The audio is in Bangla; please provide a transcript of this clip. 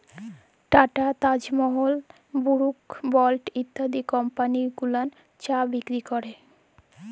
tata, Taj Mahal, Brooke Bond ইত্যাদি কমপালি গুলান চা বিক্রি ক্যরে